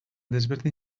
desberdin